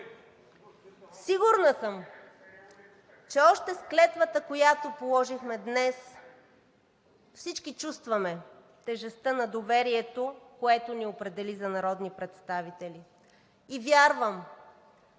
Сигурна съм, че още с клетвата, която положихме днес, всички чувстваме тежестта на доверието, което ни определи за народни представители. Вярвам,